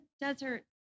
desert